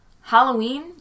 Halloween